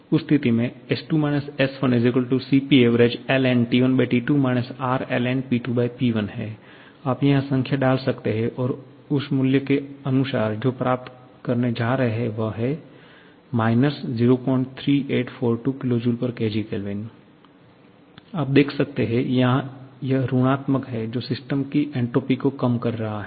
उस स्तिथि में S2 S1 Cpavg ln𝑇1T2 R lnP2P1 आप यहां संख्या डाल सकते हैं और उस मूल्य के अनुसार जो आप प्राप्त करने जा रहे हैं वह 03842 kJkgK आप देख सकते हैं यहां यह ऋणात्मक है जो सिस्टम की एन्ट्रापी को कम कर रहा है